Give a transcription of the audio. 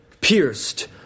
pierced